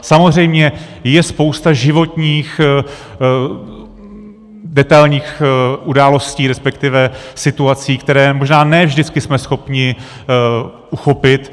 Samozřejmě je spousta životních, detailních událostí, respektive situací, které možná ne vždycky jsme schopni uchopit.